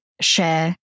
share